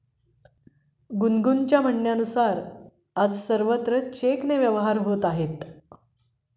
गुनगुनच्या म्हणण्यानुसार, आज सर्वत्र चेकने व्यवहार होत आहे